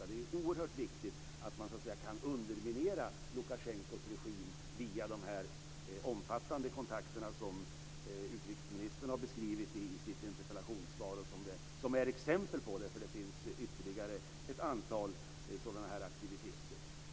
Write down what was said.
Det är ju oerhört viktigt att man så att säga kan underminera Lukasjenkos regim via de omfattande kontakter som utrikesministern har beskrivit i sitt interpellationssvar och som är exempel på det; det finns ytterligare ett antal sådana här aktiviteter.